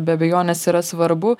be abejonės yra svarbu